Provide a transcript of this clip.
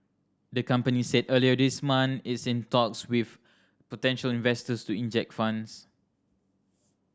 the company said earlier this month it's in talks with potential investors to inject funds